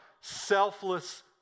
selfless